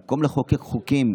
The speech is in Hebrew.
במקום לחוקק חוקים,